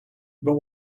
but